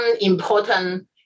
important